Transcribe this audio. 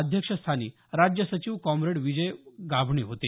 अध्यक्षस्थानी राज्य सचिव कॉप्रेड विजय गाभणे होते